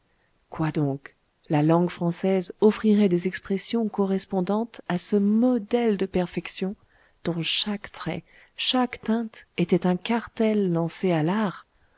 quoi donc la langue française offrirait des expressions correspondantes à ce modèle de perfection dont chaque trait chaque teinte était un cartel lancé à l'art